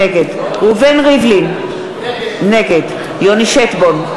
נגד ראובן ריבלין, נגד יוני שטבון,